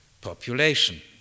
population